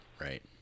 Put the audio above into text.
Right